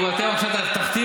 אם אתם עכשיו תכתיבו